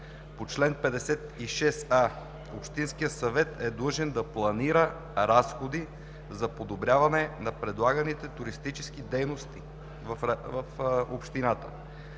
по чл. 56а, общинският съвет е длъжен да планира разходи за подобряване на предлаганите туристически дейности…“ Уважаеми